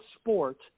sport